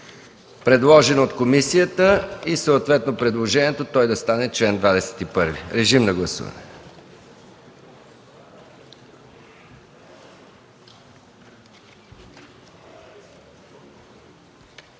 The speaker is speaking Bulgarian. предложен от комисията и съответно предложението той да стане чл. 21. Моля, гласувайте.